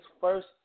first